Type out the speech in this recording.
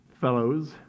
fellows